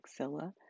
maxilla